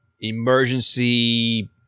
emergency